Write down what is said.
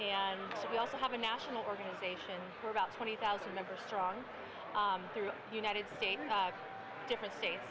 and we also have a national organization for about twenty thousand members strong throughout the united states and different states